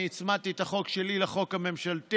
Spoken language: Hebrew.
אני הצמדתי את החוק שלי לחוק הממשלתי